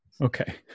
Okay